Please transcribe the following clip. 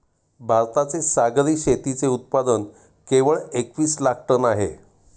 भारताचे सागरी शेतीचे उत्पादन केवळ एकवीस लाख टन आहे